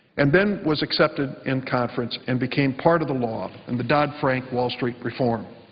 and then was accepted in conference and became part of the law and the dodd-frank wall street preform.